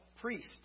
Priest